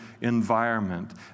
environment